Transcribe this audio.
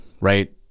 right